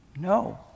No